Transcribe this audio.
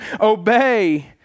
obey